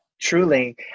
Truly